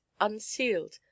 unsealed